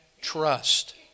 trust